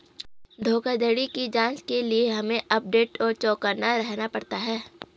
धोखाधड़ी की जांच के लिए हमे अपडेट और चौकन्ना रहना पड़ता है